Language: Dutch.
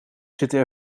zitten